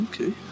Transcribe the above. Okay